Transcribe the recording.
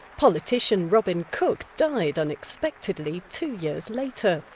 politician robin cook died unexpectedly two years later.